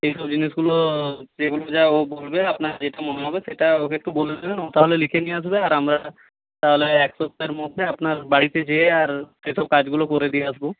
এইসব জিনিসগুলো যেগুলো যা ও বলবে আপনার যেটা মনে হবে সেটা ওকে একটু বলে দেবেন ও তাহলে লিখে নিয়ে আসবে আর আমরা তাহলে এক সপ্তাহের মধ্যে আপনার বাড়িতে গিয়ে আর সে সব কাজগুলো করে দিয়ে আসব